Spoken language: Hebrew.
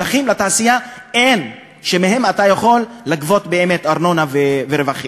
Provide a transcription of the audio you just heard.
אין שטחים לתעשייה שמהם אתה יכול לגבות ארנונה ורווחים.